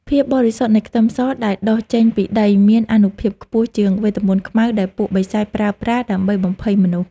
ភាពបរិសុទ្ធនៃខ្ទឹមសដែលដុះចេញពីដីមានអានុភាពខ្ពស់ជាងវេទមន្តខ្មៅដែលពួកបិសាចប្រើប្រាស់ដើម្បីបំភ័យមនុស្ស។